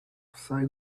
vsaj